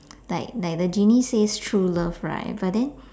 like like the genie says true love right but then